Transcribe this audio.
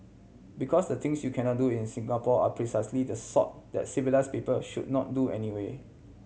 because the things you cannot do in Singapore are precisely the sort that civilise people should not do anyway